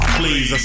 please